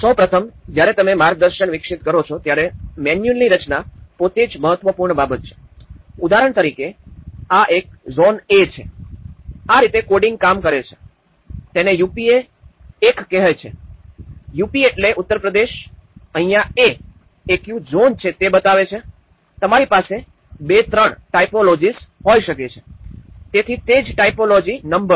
સૌ પ્રથમ જ્યારે તમે માર્ગદર્શન વિકસિત કરો છો ત્યારે મેન્યુઅલની રચના પોતે જ મહત્વપૂર્ણ બાબત છે ઉદાહરણ તરીકે આ એક ઝોન એ છે આ રીતે કોડિંગ કામ કરે છે તેને યુપીએ ૦૧ કહે છે યુપી એટલે ઉત્તર પ્રદેશ અહીંયા એ ક્યુ ઝોન છે તે બતાવે છે તમારી પાસે ૨ ૩ ટાઇપોલોજીસ હોઈ શકે છે તેથી તે જ ટાઇપોલોજી નંબર છે